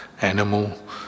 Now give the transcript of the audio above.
animal